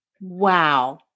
Wow